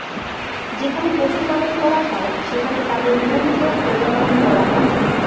যেখানে পশু পালন করা হয়, সেখানে তাদের নিয়মিত প্রজনন করা হয়